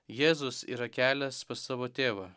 jėzus yra kelias pas savo tėvą